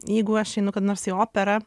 jeigu aš einu kada nors į operą